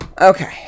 Okay